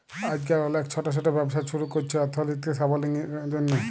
আইজকাল অলেক ছট ছট ব্যবসা ছুরু ক্যরছে অথ্থলৈতিক সাবলম্বীর জ্যনহে